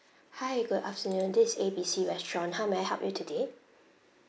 hi good afternoon this is A B C restaurant how may I help you today